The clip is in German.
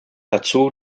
dazu